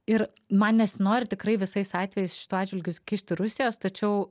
ir man nesinori tikrai visais atvejais šituo atžvilgiu kišti rusijos tačiau